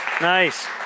Nice